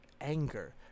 anger